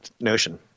notion